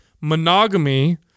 monogamy